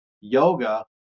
yoga